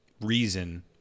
reason